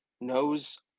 knows